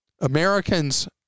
Americans